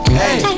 hey